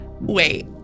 Wait